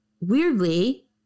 weirdly